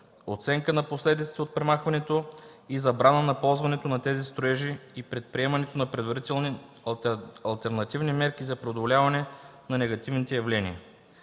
оценка на последиците от премахването и забрана на ползването на тези строежи, и предприемането на предварителни алтернативни мерки за преодоляване на негативните явления.